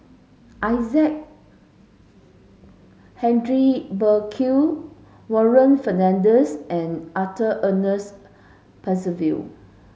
Isaac Henry Burkill Warren Fernandez and Arthur Ernest Percival